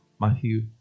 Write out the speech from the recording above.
Matthew